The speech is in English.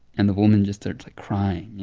and the woman just starts, like, crying, you